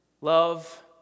love